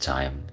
Time